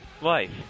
Life